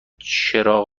چراغ